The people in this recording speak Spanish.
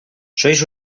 sois